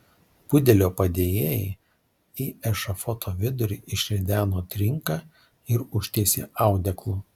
budelio padėjėjai į ešafoto vidurį išrideno trinką ir užtiesė audeklu